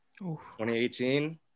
2018